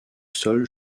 sol